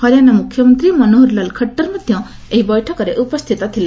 ହରିୟାଣା ମୁଖ୍ୟମନ୍ତ୍ରୀ ମନୋହରଲାଲ ଖଟ୍ଟର୍ ମଧ୍ୟ ଏହି ବୈଠକରେ ଉପସ୍ଥିତ ଥିଲେ